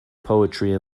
poetry